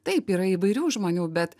taip yra įvairių žmonių bet